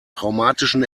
traumatischen